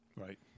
Right